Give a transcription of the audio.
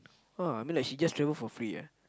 !wah! I mean like she just travel for free ah